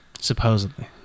Supposedly